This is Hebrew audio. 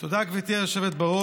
תודה, גברתי היושבת-ראש.